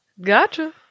Gotcha